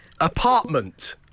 Apartment